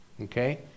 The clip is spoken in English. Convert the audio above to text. Okay